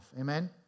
Amen